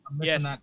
yes